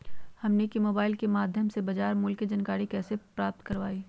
हमनी के मोबाइल के माध्यम से बाजार मूल्य के जानकारी कैसे प्राप्त करवाई?